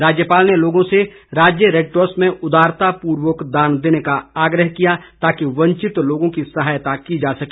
राज्यपाल ने लोगों से राज्य रेडक्रॉस में उदारतापूर्वक दान देने का आग्रह किया ताकि वंचित लोगों की सहायता की जा सके